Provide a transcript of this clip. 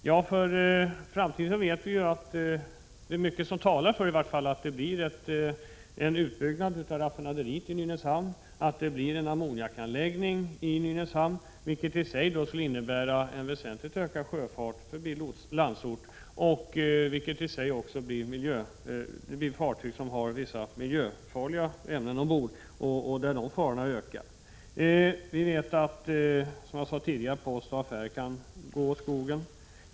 Vi vet att det i vart fall är mycket som talar för att det blir en utbyggnad av raffinaderiet i Nynäshamn samt att det blir en ammoniakanläggning i Nynäshamn, vilket i sig skulle innebära en väsentligt ökad sjöfart förbi Landsort med fartyg som har vissa miljöfarliga ämnen ombord. Farorna på det området ökar alltså. Vidare vet vi att — som jag sade tidigare — post och affär kan gå åt skogen.